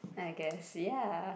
I guess ya